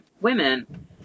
women